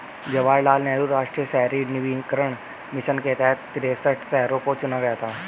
जवाहर लाल नेहरू राष्ट्रीय शहरी नवीकरण मिशन के तहत तिरेसठ शहरों को चुना गया था